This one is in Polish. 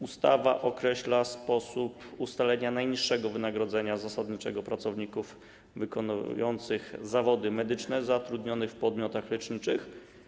Ustawa określa sposób ustalenia najniższego wynagrodzenia zasadniczego pracowników wykonujących zawody medyczne, którzy są zatrudnieni w podmiotach leczniczych,